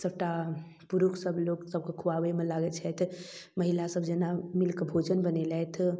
सभटा पुरुखसभ लोकसभके खुआबैमे लागै छथि महिलासभ जेना मिलिकऽ भोजन बनेलथि